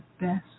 best